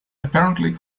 apparently